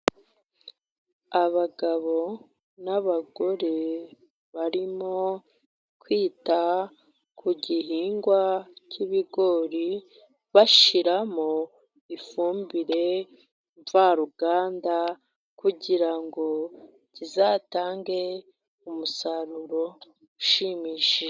Abagabo n'abagore barimo kwita ku gihingwa cy'ibigori, bashyiramo ifumbire mvaruganda kugira ngo kizatange umusaruro ushimishije.